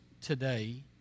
today